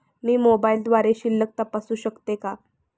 मी मोबाइलद्वारे शिल्लक तपासू शकते का?